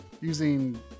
using